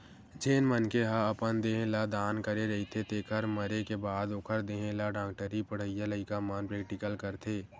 जेन मनखे ह अपन देह ल दान करे रहिथे तेखर मरे के बाद ओखर देहे ल डॉक्टरी पड़हइया लइका मन प्रेक्टिकल करथे